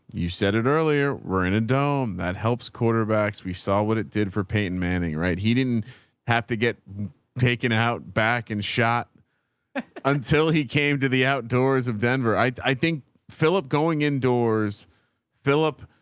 you said it earlier. we're in a dome that helps quarterbacks. we saw what it did for peyton manning, right? he didn't have to get taken out back and shot until he came to the outdoors of denver. i i think philip going indoors, speaker